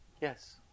Yes